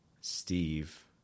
Steve